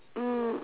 mm